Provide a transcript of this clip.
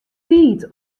tiid